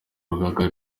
rugaga